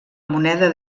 moneda